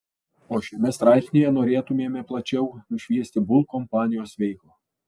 o šiame straipsnyje norėtumėme plačiau nušviesti bull kompanijos veiklą